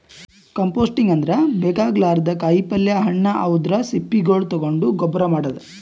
composting ಅಂದ್ರ ಬೇಕಾಗಲಾರ್ದ್ ಕಾಯಿಪಲ್ಯ ಹಣ್ಣ್ ಅವದ್ರ್ ಸಿಪ್ಪಿಗೊಳ್ ತಗೊಂಡ್ ಗೊಬ್ಬರ್ ಮಾಡದ್